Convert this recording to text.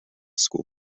school